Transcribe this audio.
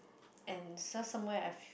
and search somewhere I feel